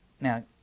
now